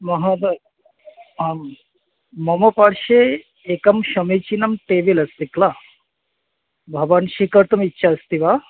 महोदय अहं मम पार्श्वे एकं समीचिनं टेबल् अस्ति किल भवान् स्वीकर्तुम् इच्छा अस्ति वा